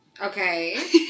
Okay